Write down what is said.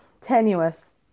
Tenuous